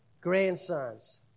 grandsons